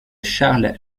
charles